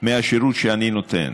מהשירות שאני נותן,